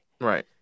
Right